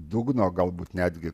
dugno galbūt netgi